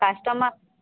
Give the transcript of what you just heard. customer